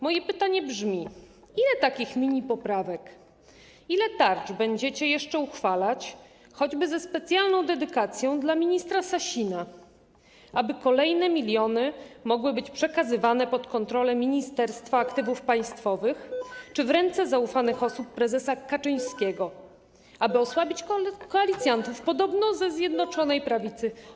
Moje pytanie brzmi: Ile takich minipoprawek, ile tarcz będziecie jeszcze uchwalać - choćby ze specjalną dedykacją dla ministra Sasina - aby kolejne miliony mogły być przekazywane pod kontrolę Ministerstwa Aktywów Państwowych czy w ręce zaufanych osób prezesa Kaczyńskiego, aby osłabić koalicjantów podobno ze Zjednoczonej Prawicy?